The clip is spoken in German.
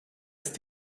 ist